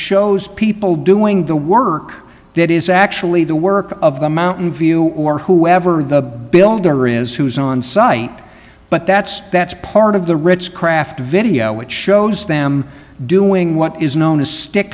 shows people doing the work that is actually the work of the mountain view or whoever the builder is who is on site but that's that's part of the ritz craft video which shows them doing what is known